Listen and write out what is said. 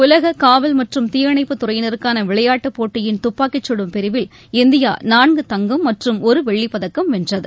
உலக காவல் மற்றும் தீயணைப்புத் துறையினருக்கான விளையாட்டுப் போட்டியின் துப்பாக்கிச்சுடும் பிரிவில் இந்தியா நான்கு தங்கம் மற்றும் ஒரு வெள்ளிப் பதக்கம் வென்றது